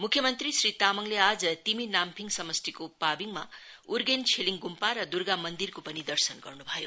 मुथ्य मंत्री श्री तामङले आज तिमी नाम्फीङ समष्टिको पाविडमा उर्गेन छिलिङ गुम्पा र दुर्गा मन्दिरको पनि दर्शन गर्नु भयो